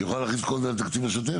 הי איכולה להכניס את כל זה לתקציב השוטף?